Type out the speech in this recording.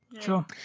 sure